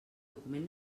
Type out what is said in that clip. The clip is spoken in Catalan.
document